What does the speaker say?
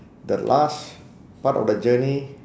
the last part of the journey